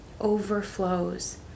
overflows